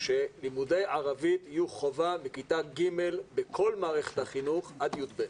שלימודי ערבית יהיו חובה מכיתה ג' עד י"ב בכל מערכת החינוך.